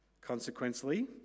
Consequently